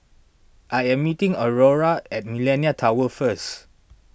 I am meeting Aurora at Millenia Tower first